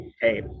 Hey